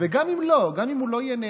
גם אם הוא לא יהיה נאמן,